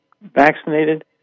vaccinated